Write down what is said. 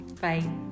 bye